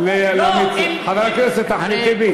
חבר הכנסת אחמד טיבי,